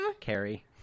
Carrie